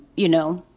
you know,